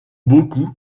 beaucoup